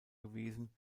gewesen